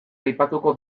aipatuko